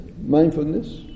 mindfulness